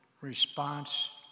response